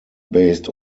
based